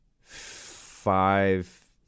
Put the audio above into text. five